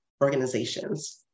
organizations